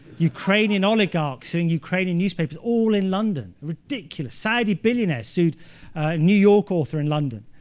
ukrainian oligarchs suing ukrainian newspapers. all in london. ridiculous. saudi billionaire sued a new york author in london.